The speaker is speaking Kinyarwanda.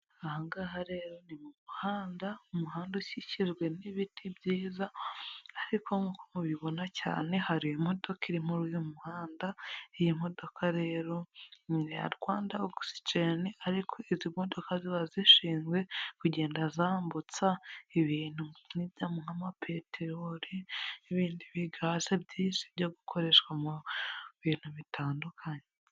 Aha ngaha rero ni mu muhanda, umuhanda ukikijwe n'ibiti byiza, ariko nk'uko mubibona cyane hari imodoka iri muri uyu muhanda, iyi modoka rero ni iya Rwanda Oxygen, ariko izi modoka ziba zishinzwe kugenda zambutsa ibintu nk'amapeteroli n'ibindi bigaze byinshi byo gukoreshwa mu bintu bitandukanye.